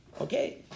Okay